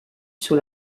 sur